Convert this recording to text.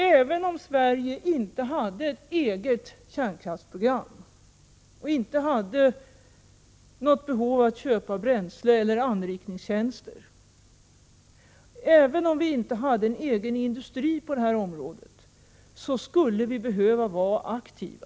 Även om Sverige inte hade ett eget kärnkraftsprogram och därför inte hade något behov av att köpa bränsle eller anrikningstjänster, och även om vi inte hade en egen industri på det här området, så skulle vi behöva vara aktiva.